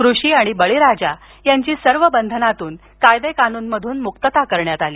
कृषी आणि बळीराजा यांची सर्व बंधनातून कायदेकानूमधून मुक्तता करण्यात आली